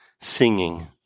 singing